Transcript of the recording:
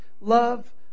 love